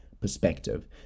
perspective